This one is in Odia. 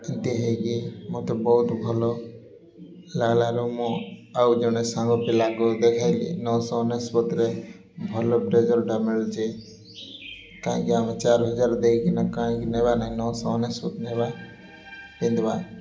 ଏମିତି ହୋଇକି ମୋତେ ବହୁତ ଭଲ ଲାଗିଲାରୁ ମୁଁ ଆଉ ଜଣେ ସାଙ୍ଗ ପିଲାଙ୍କୁ ଦେଖାଇଲିି ନଅଶହ ଅନେଶ୍ଵତରେ ଭଲ ରେଜଲ୍ଟଟା ମିଳୁଛି କାହିଁକି ଆମେ ଚାରି ହଜାର ଦେଇକିନା କାହିଁକି ନେବା ନାହିଁ ନଅଶହ ଅନେଶ୍ଵତ ନେବା ପିନ୍ଧିବା